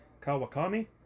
Kawakami